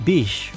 Bish